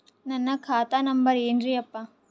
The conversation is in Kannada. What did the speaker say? ನನ್ನ ಖಾತಾ ನಂಬರ್ ಏನ್ರೀ ಯಪ್ಪಾ?